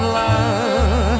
love